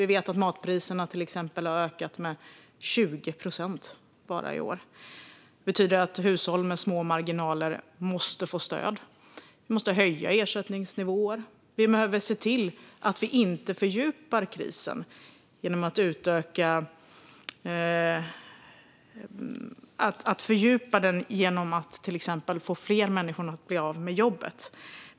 Vi vet till exempel att matpriserna har ökat med 20 procent bara i år. Det betyder att hushåll med små marginaler måste få stöd. Vi måste höja ersättningsnivåer och se till att vi inte fördjupar krisen genom att till exempel göra så att fler människor blir av med jobbet.